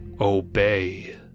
obey